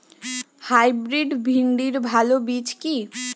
Hybrid ভিন্ডির ভালো বীজ কি?